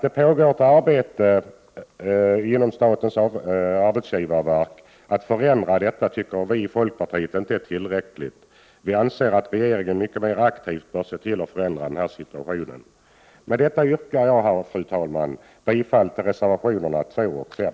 Det arbete som pågår inom statens arbetsgivarverk för att förändra detta tycker vi i folkpartiet inte är tillräckligt. Vi anser att regeringen mycket mer aktivt bör se till att förändra denna situation. Med det anförda yrkar jag, fru talman, bifall till reservationerna 2 och 5.